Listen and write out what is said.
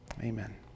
Amen